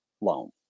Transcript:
loan